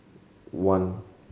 one